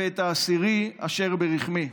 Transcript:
ואת העשירי אשר ברחמי,